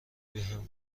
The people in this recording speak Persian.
بهم